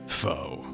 foe